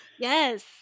yes